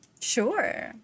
sure